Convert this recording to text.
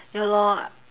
ya lor